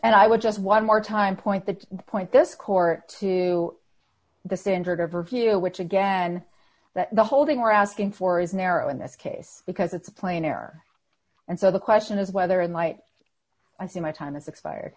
and i would just one more time point that point this court to the standard of review which again that the holding we're asking for is narrow in this case because it's plain air and so the question is whether in light i see my time has expired